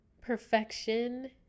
Perfection